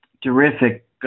terrific